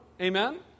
Amen